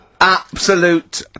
Absolute